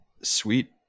Sweet